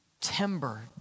Timber